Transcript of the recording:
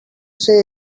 say